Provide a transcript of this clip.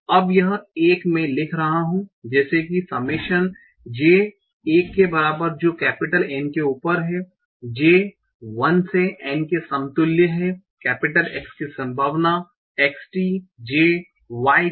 अब यह एक मैं लिख रहा हूँ जैसे कि समेशन j 1 के बराबर जो N के उपर है j 1 से N के समतुल्य है X की संभावना x t j y